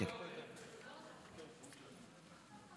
בבקשה, כבודו.